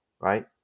right